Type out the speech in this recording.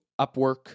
Upwork